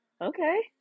Okay